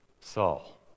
Saul